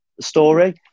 story